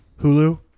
Hulu